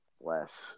less